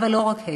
אבל לא רק הם.